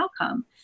outcome